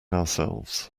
ourselves